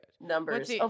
numbers